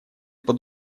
под